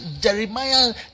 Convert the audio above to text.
Jeremiah